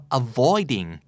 avoiding